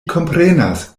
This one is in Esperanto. komprenas